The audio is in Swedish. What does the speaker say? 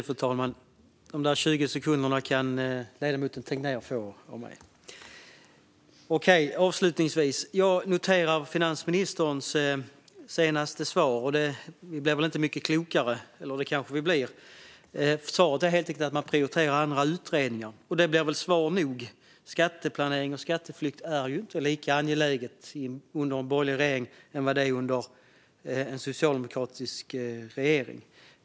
Fru talman! Jag noterade finansministerns senaste svar. Vi blev väl inte mycket klokare av det, eller det kanske vi blev - svaret var helt enkelt att man prioriterar andra utredningar, och det är väl svar nog. Skatteplanering och skatteflykt är ju inte lika angelägna frågor under en borgerlig regering som de är under en socialdemokratisk regering.